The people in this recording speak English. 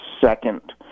second